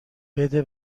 بده